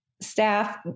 staff